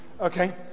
Okay